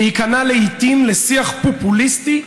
להיכנע לעיתים לשיח פופוליסטי,